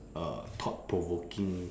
uh thought provoking